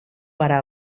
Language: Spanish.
para